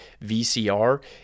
VCR